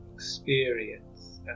Experience